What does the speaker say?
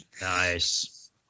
Nice